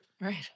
right